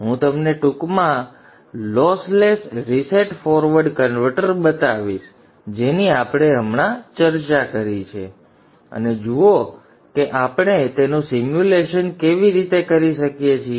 હું તમને ટૂંકમાં લોસલેસ રીસેટ ફોરવર્ડ કન્વર્ટર બતાવીશ જેની અમે હમણાં જ ચર્ચા કરી છે અને જુઓ કે આપણે તેનું સિમ્યુલેશન કેવી રીતે કરી શકીએ છીએ